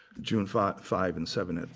june five five and seven,